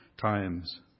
times